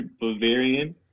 Bavarian